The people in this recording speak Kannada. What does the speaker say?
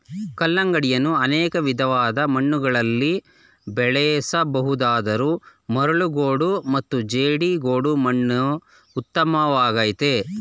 ಕಲ್ಲಂಗಡಿಯನ್ನು ಅನೇಕ ವಿಧವಾದ ಮಣ್ಣುಗಳಲ್ಲಿ ಬೆಳೆಸ ಬಹುದಾದರೂ ಮರಳುಗೋಡು ಮತ್ತು ಜೇಡಿಗೋಡು ಮಣ್ಣು ಉತ್ತಮವಾಗಯ್ತೆ